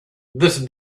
this